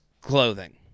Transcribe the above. clothing